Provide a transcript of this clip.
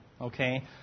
Okay